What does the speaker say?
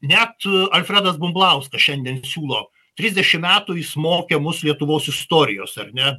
net alfredas bumblauskas šiandien siūlo trisdešim metų jis mokė mus lietuvos istorijos ar ne